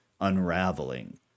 unraveling